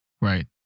Right